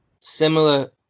similar